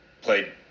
played